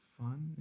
fun